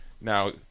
Now